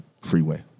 Freeway